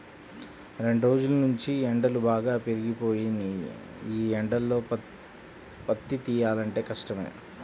రెండ్రోజుల్నుంచీ ఎండలు బాగా పెరిగిపోయినియ్యి, యీ ఎండల్లో పత్తి తియ్యాలంటే కష్టమే